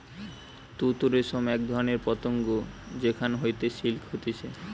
তুত রেশম এক ধরণের পতঙ্গ যেখান হইতে সিল্ক হতিছে